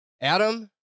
adam